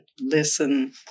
listen